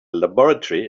laboratory